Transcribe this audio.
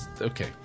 Okay